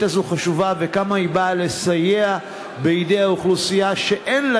הזאת חשובה וכמה היא באה לסייע בידי האוכלוסייה שאין לה